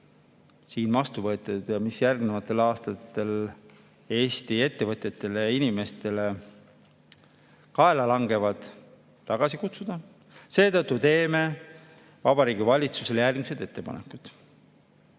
siin vastu võeti ja mis järgnevatel aastatel Eesti ettevõtjatele ja inimestele kaela langevad, tagasi kutsuda. Seetõttu teeme Vabariigi Valitsusele ettepaneku